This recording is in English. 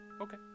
Okay